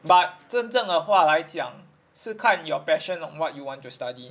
but 真正的话来讲是看 your passion on what you want to study